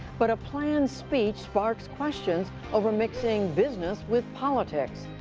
but a planned speech sparks questions over mixing business with politics.